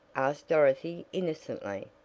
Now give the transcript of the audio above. asked dorothy innocently,